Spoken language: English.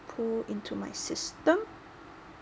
pull into my system